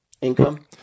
income